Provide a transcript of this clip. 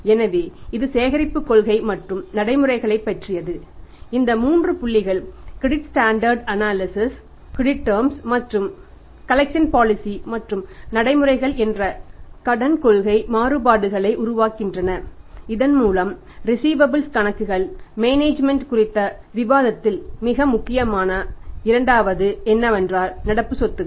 எனவே இது சேகரிப்பு கொள்கை மற்றும் நடைமுறைகளைப் பற்றியது இந்த 3 புள்ளிகள் credit standard and analysis credit terms குறித்த விவாதத்தில் மிக முக்கியமான இரண்டாவது என்னவென்றால் நடப்பு சொத்துக்கள்